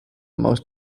most